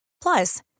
Plus